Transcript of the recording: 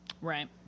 Right